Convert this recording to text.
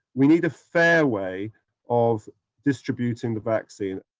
we need a fair way of distributing the vaccine.